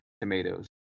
tomatoes